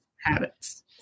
habits